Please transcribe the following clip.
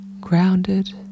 grounded